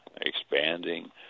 expanding